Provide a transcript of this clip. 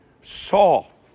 soft